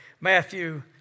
Matthew